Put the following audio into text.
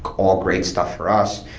all great stuff for us.